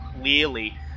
clearly